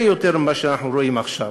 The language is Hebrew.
יותר גדולים ממה שאנחנו רואים עכשיו.